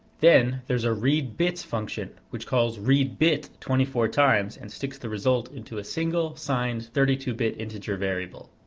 then, there's a read bits function, which calls read bit twenty four times, and sticks the result into a single signed thirty two bit integer variable.